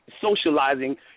socializing